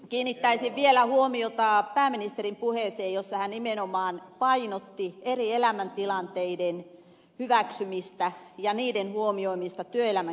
kiinnittäisin vielä huomiota pääministerin puheeseen jossa hän nimenomaan painotti eri elämäntilanteiden hyväksymistä ja niiden huomioimista työelämän kehittämisessä